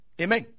amen